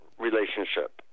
relationship